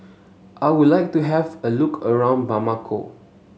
I would like to have a look around Bamako